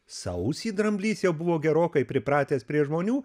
sausį dramblys jau buvo gerokai pripratęs prie žmonių